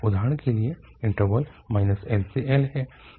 उदाहरण के लिए इन्टरवल LL है